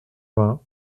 vingt